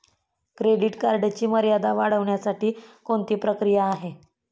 Credit कार्डची मर्यादा वाढवण्यासाठी कोणती प्रक्रिया आहे?